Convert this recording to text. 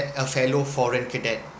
a fellow foreign cadet